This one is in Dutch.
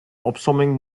opsomming